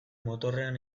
motorrean